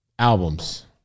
albums